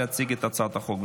להציג את הצעת החוק.